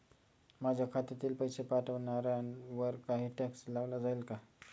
माझ्या खात्यातील पैसे पाठवण्यावर काही टॅक्स लावला जाईल का?